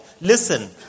Listen